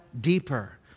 deeper